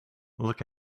look